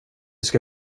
ska